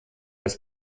des